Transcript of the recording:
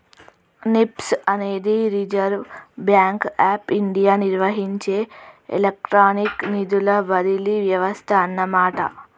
NEFT అనేది Reserve Bank of India నిర్వహించే electronic నిధుల బదిలీ వ్యవస్థ అన్నమాట